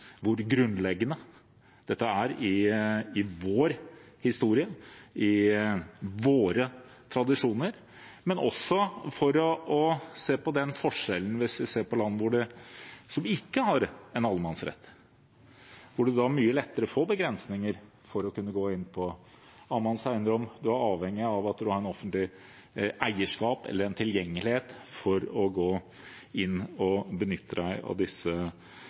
hvor grunnleggende dette er i vår historie og i våre tradisjoner. Man kan se forskjellen fra land som ikke har en allemannsrett, hvor det er mye lettere å få begrensninger for å kunne gå inn på annen manns eiendom. Man er avhengig av et offentlig eierskap eller en tilgjengelighet for å gå inn og benytte seg av disse